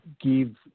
give